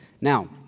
Now